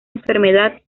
enfermedad